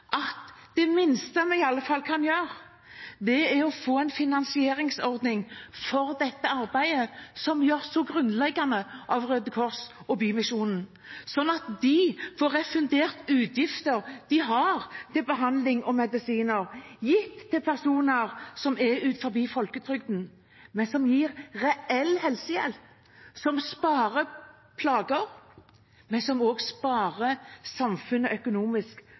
at det minste vi kan gjøre, er å få en finansieringsordning for det arbeidet som gjøres så grunnleggende av Røde Kors og Kirkens Bymisjon, sånn at de får refundert utgifter de har til behandling og medisiner, gitt til personer som er utenfor folketrygden. De gir reell helsehjelp som sparer plager, men det sparer også samfunnet økonomisk